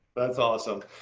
that's awesome.